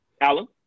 Alan